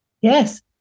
Yes